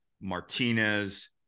Martinez